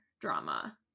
drama